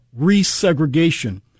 resegregation